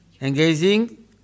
Engaging